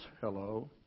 Hello